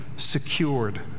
secured